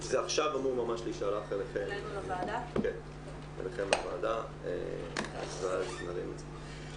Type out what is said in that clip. בר סימן טוב, ידבר אתכם על איך מטפלים בזה,